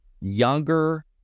younger